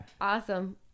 awesome